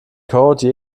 code